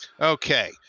Okay